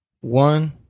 one